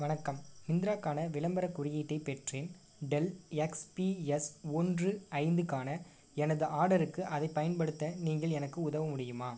வணக்கம் மிந்த்ராக்கான விளம்பரக் குறியீட்டைப் பெற்றேன் டெல் எக்ஸ்பிஎஸ் ஒன்று ஐந்துக்கான எனது ஆர்டருக்கு அதைப் பயன்படுத்த நீங்கள் எனக்கு உதவ முடியுமா